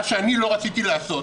מה שאני לא רציתי לעשות,